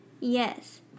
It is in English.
Yes